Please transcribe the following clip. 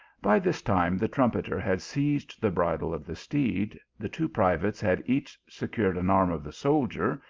by this time the trumpeter had seized the bridle of the steed, the two privates had each secured an arm of the soldier,